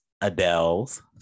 Adele's